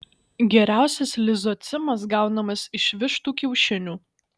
geriausias lizocimas gaunamas iš vištų kiaušinių